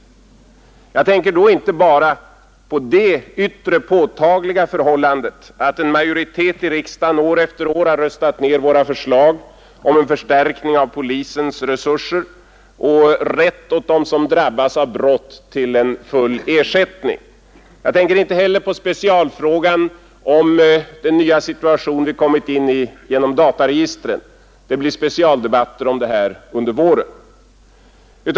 Jag tänker då inte bara på det yttre påtagliga förhållandet att en majoritet i riksdagen år efter år har röstat ned våra förslag om en förstärkning av polisens resurser och om rätt åt dem som drabbas av brott till full ersättning härför. Jag tänker inte heller på specialfrågan om den nya situation vi kommit in i genom dataregistren. Det blir specialdebatter om detta under våren.